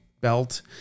belt